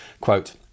Quote